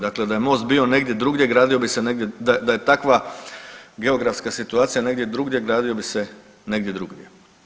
Dakle, da je most bio negdje drugdje gradio bi se negdje, da je takva geografska situacija negdje drugdje gradio bi se negdje drugdje.